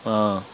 ఆ